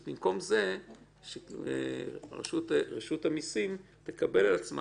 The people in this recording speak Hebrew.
אז במקום זה רשות המיסים תקבל על עצמה